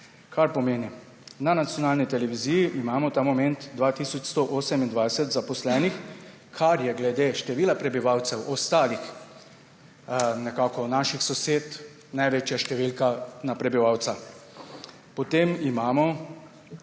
prispevku. Na nacionalni televiziji imamo ta moment 2 tisoč 128 zaposlenih, kar je glede število prebivalcev naših ostalih sosed največja številka na prebivalca. Potem imamo